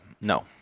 no